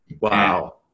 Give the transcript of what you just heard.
Wow